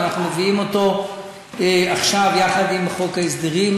אבל אנחנו מביאים אותו עכשיו יחד עם חוק ההסדרים.